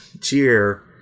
Cheer